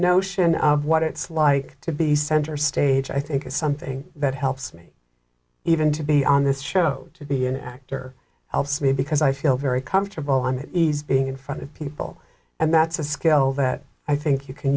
notion of what it's like to be center stage i think is something that helps me even to be on this show to be an actor helps me because i feel very comfortable on the ease being in front of people and that's a skill that i think you can